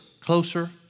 closer